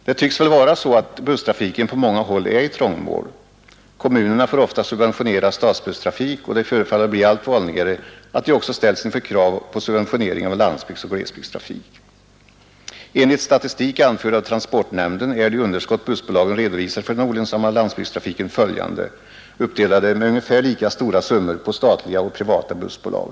Det tycks vara så att busstrafiken på många håll är i trångmål. Kommunerna får ofta subventionera stadsbusstrafik och det förefaller bli allt vanligare att de också ställs inför krav på subventionering av landsbygdsoch glesbygdstrafik. Enligt statistik anförd av transportnämn den är det underskott bussbolagen redovisar för den olönsamma landsbygdstrafiken följande, uppdelat med ungefär lika stora summor på statliga och privata bussbolag.